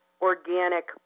organic